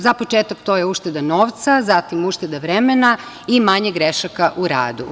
Za početak to je ušteda novca, zatim ušteda vremena i manje grešaka u radu.